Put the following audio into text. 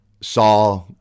Saw